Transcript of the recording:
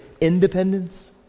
Independence